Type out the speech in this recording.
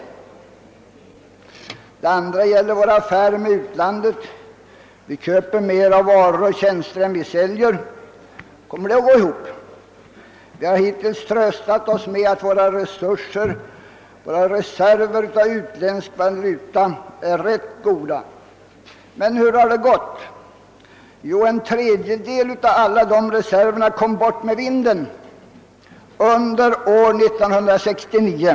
För det andra gäller det våra affärer med utlandet. Vi köper mera varor och tjänster än vi säljer. Kommer det att gå ihop? Vi har hittills tröstat oss med att våra reserver av utländsk valuta varit rätt goda. Men hur har det gått? Jo, en tredjedel av alla dessa reserver är »borta med vinden» under år 1969.